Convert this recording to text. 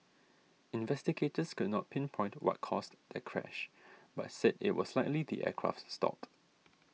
investigators could not pinpoint what caused that crash but said it was likely the aircraft stalled